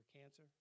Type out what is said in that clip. cancer